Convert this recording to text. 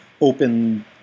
open